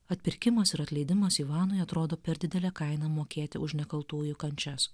atpirkimas ir atleidimas ivanui atrodo per didelė kaina mokėti už nekaltųjų kančias